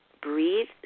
Breathe